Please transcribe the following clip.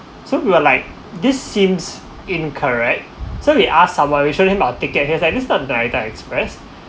so we were like this seems incorrect so we ask someone we showing our ticket and he's like this not narita express